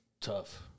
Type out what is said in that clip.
tough